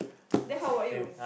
then how about you